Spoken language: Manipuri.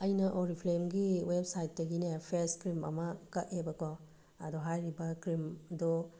ꯑꯩꯅ ꯑꯣꯔꯤꯐ꯭ꯂꯦꯝꯒꯤ ꯋꯦꯞꯁꯥꯏꯠꯇꯒꯤꯅꯦ ꯐꯦꯁ ꯀ꯭ꯔꯤꯝ ꯑꯃ ꯀꯛꯑꯦꯕ ꯀꯣ ꯑꯗꯣ ꯍꯥꯏꯔꯤꯕ ꯀ꯭ꯔꯤꯝꯗꯣ